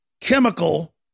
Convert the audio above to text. chemical